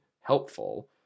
helpful